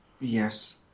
Yes